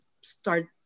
start